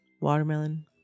watermelon